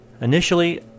Initially